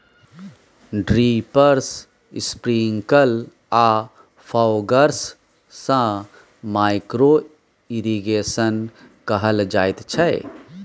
drippers, sprinkle आ foggers सँ micro irrigation कहल जाइत छै